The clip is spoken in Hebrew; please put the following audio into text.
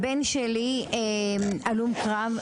הבן שלי הלום קרב,